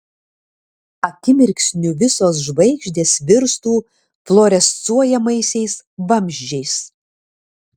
akimirksniu visos žvaigždės virstų fluorescuojamaisiais vamzdžiais